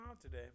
today